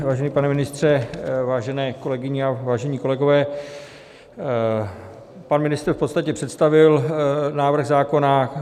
Vážený pane ministře, vážené kolegyně a vážení kolegové, pan ministr v podstatě představil návrh zákona.